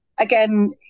Again